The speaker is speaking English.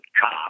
cop